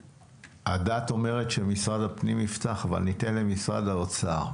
הדעת אומרת שמשרד הפנים יפתח אבל ניתן למשרד האוצר.